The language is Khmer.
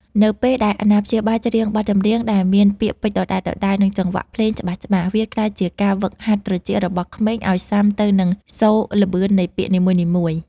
នៅពេលដែលអាណាព្យាបាលច្រៀងបទចម្រៀងដែលមានពាក្យពេចន៍ដដែលៗ និងចង្វាក់ភ្លេងច្បាស់ៗ វាក្លាយជាការហ្វឹកហាត់ត្រចៀករបស់ក្មេងឱ្យស៊ាំទៅនឹងសូរល្បឿននៃពាក្យនីមួយៗ។